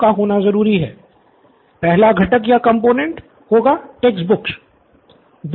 student Siddharth दूसरा घटक होगा नोट बुक्स